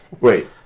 Wait